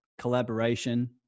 collaboration